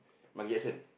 Michael-Jackson